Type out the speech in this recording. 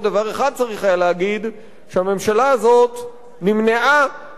שהממשלה הזאת נמנעה מלסבך גם את ישראל